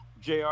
Jr